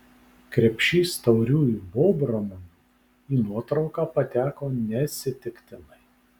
krepšys tauriųjų bobramunių į nuotrauką pateko neatsitiktinai